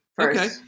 Okay